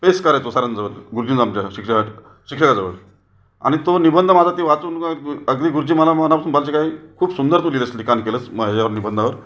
पेश करायचो सरांसमोर गुरुजी आमच्या शिक्षका शिक्षकाजवळ आणि तो निबंध माझा ते वाचून अगदी गुरुजी मला मनापासून म्हणायचे काय खूप सुंदर तू लिहिलंस लिखाण केलंस ह्याच्यावर निबंधावर